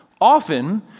Often